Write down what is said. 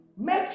make